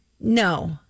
No